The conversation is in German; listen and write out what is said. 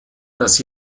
das